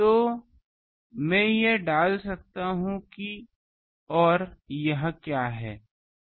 तो मैं ये डाल सकता हूं और यह क्या है